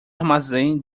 armazém